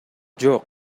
жок